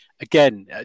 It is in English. again